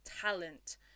talent